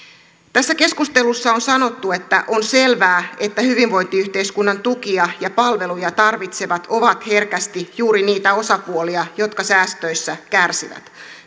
tässä keskustelussa on sanottu että on selvää että hyvinvointiyhteiskunnan tukia ja palveluja tarvitsevat ovat herkästi juuri niitä osapuolia jotka säästöissä kärsivät